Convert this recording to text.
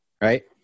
right